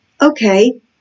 Okay